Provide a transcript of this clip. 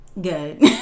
Good